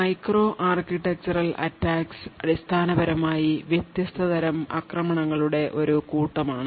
micro architectural attacks അടിസ്ഥാനപരമായി വ്യത്യസ്ത തരം ആക്രമണങ്ങളുടെ ഒരു കൂട്ടമാണ്